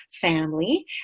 family